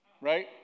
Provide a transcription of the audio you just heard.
Right